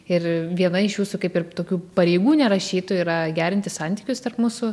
ir viena iš jūsų kaip ir tokių pareigų nerašytų yra gerinti santykius tarp mūsų